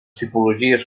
tipologies